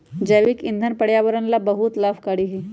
जैविक ईंधन पर्यावरण ला बहुत लाभकारी हई